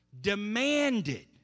demanded